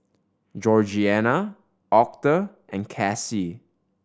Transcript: Georgianna Octa and Kassie